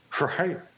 Right